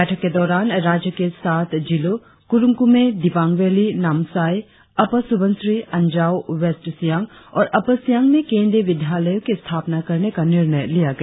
बैठक के दौरान राज्य के सात जिलों Kurung Kumey Dibang valley Namsai upper Subansiri Anjaw west Siang और अपर सियांग में केंद्रीय विद्यालयों की स्थापना करने का निर्णय लिया गया